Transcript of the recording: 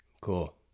cool